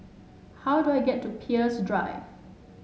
how do I get to Peirce Drive